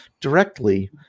directly